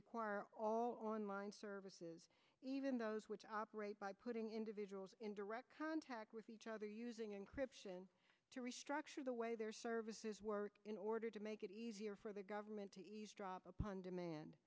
require all online services even those which operate by putting individuals in direct contact with each other using encryption to restructure the way their services were in order to make it easier for the government to drop upon demand